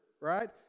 right